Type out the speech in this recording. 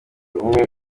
umwe